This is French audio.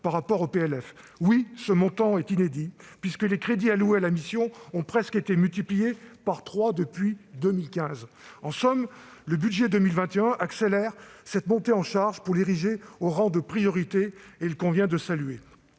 par rapport au PLF pour 2020. Oui, ce montant est inédit, puisque les crédits alloués à la mission ont presque été multipliés par trois depuis 2015 ! En somme, le budget pour 2021 accélère cette montée en charge pour l'ériger au rang de priorité, et il convient de le saluer.